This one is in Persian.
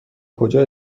کجا